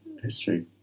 history